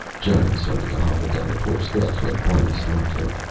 johnny started to hobble down the porch steps when barney stopped him.